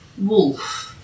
Wolf